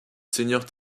seigneurs